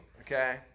Okay